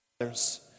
others